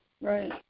right